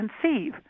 conceive